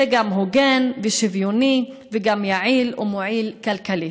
זה גם הוגן ושוויוני וגם יעיל ומועיל כלכלית.